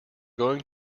going